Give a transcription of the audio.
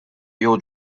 jew